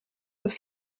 des